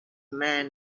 man